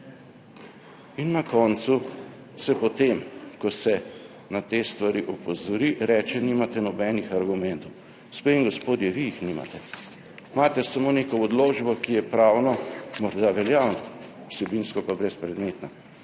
In na koncu, se potem, ko se na te stvari opozori, reče, nimate nobenih argumentov. Gospe in gospodje, vi jih nimate. Imate samo neko odločbo, ki je pravno morda veljavna, vsebinsko pa brezpredmetna.